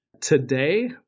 today